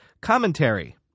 commentary